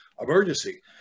Emergency